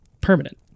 Permanent